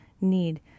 need